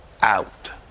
out